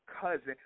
cousin